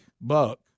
buck